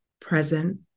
present